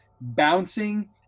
bouncing